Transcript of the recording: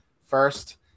first